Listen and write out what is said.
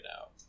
out